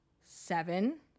seven